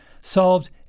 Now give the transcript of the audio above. solved